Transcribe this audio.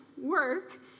work